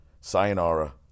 Sayonara